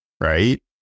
right